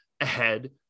ahead